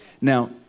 Now